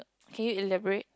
can you elaborate